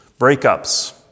breakups